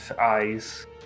eyes